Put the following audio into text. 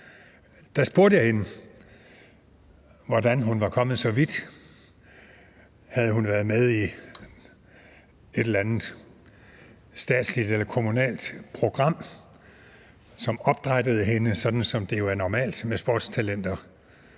– spurgte jeg hende, hvordan hun var kommet så vidt: Havde hun været med i et eller andet statsligt eller kommunalt program, som opdrættede hende, sådan som det jo er normalt med sportstalenter?